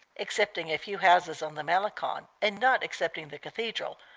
excepting a few houses on the malecon, and not excepting the cathedral,